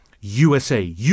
USA